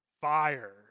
fire